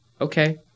Okay